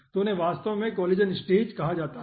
तो उन्हें वास्तव में कोलिजन स्टेज कहा जाता है